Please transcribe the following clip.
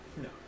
no